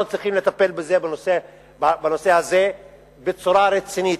אנחנו צריכים לטפל בנושא הזה בצורה רצינית,